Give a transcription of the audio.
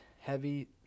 heavy